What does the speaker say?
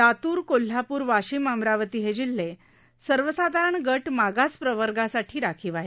लातूर कोल्हापूर वाशीम अमरावती हे जिल्हे सर्वसाधारण गट मागास प्रवर्गासाठी राखीव आहेत